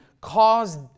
caused